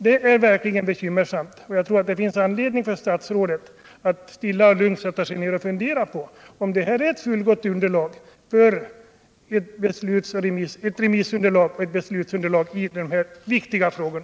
Det är verkligen bekymmersamt, och jag tror att det finns anledning för statsrådet att sätta sig ned i lugn och ro och fundera på om det material som finns verkligen är ett fullgott beslutsunderlag när det gäller relationerna kyrka-stat i framtiden.